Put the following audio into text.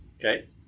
Okay